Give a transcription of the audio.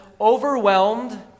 Overwhelmed